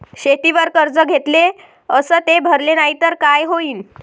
शेतीवर कर्ज घेतले अस ते भरले नाही तर काय होईन?